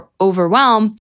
overwhelm